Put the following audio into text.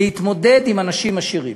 להתמודד עם אנשים עשירים.